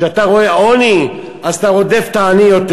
כשאתה רואה עוני אז אתה רודף את העני יותר.